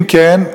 אם כן,